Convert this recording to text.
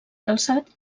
calçat